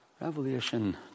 Revelation